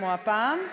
כמו הפעם,